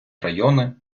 райони